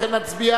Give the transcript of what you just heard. לכן נצביע